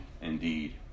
Indeed